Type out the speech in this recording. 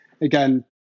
again